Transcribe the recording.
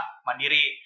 Mandiri